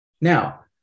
Now